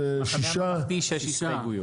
המחנה הממלכתי הגישו שש הסתייגויות.